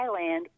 Thailand